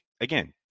again